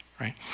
right